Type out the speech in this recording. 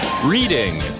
reading